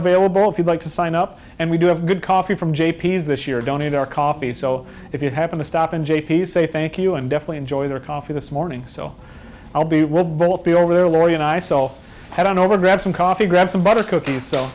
available if you'd like to sign up and we do have good coffee from j p's this year don't need our coffee so if you happen to stop in j p say thank you and definitely enjoy your coffee this morning so i'll be we'll both be over there laurie and i so head on over grab some coffee grab some butter cookies so